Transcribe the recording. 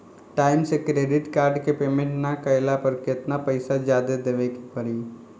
Time से credit card के payment ना कैला पर केतना पईसा जादे देवे के पड़ी?